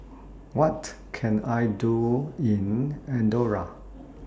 What Can I Do in Andorra